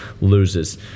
loses